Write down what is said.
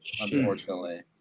unfortunately